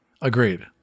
Agreed